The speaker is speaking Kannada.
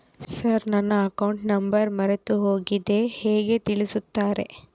ಸರ್ ನನ್ನ ಅಕೌಂಟ್ ನಂಬರ್ ಮರೆತುಹೋಗಿದೆ ಹೇಗೆ ತಿಳಿಸುತ್ತಾರೆ?